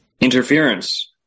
interference